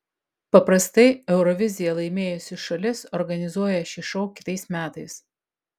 paprastai euroviziją laimėjusi šalis organizuoja šį šou kitais metais